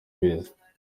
wese